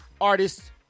Artist